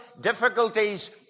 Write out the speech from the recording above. difficulties